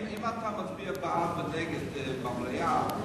אם אתה מצביע בעד ונגד במליאה,